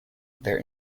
their